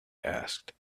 asked